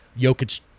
Jokic